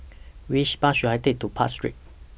Which Bus should I Take to Park Street